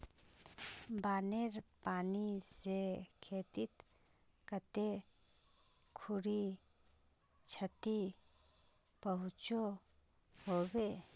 बानेर पानी से खेतीत कते खुरी क्षति पहुँचो होबे?